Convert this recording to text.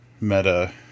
meta